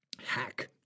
hack